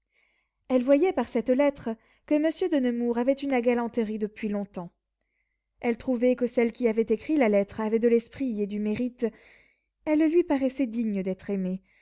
elle voyait par cette lettre que monsieur de nemours avait une galanterie depuis longtemps elle trouvait que celle qui avait écrit la lettre avait de l'esprit et du mérite elle lui paraissait digne d'être aimée